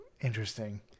interesting